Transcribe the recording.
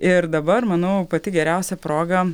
ir dabar manau pati geriausia proga